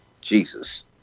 Jesus